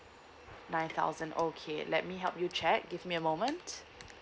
nine thousand okay let me help you check give me a moment